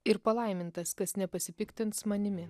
ir palaimintas kas nepasipiktins manimi